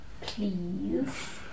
Please